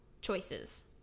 choices